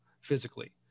physically